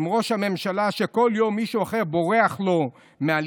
עם ראש הממשלה, שכל יום מישהו אחר בורח לו מהלשכה?